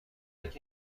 خونش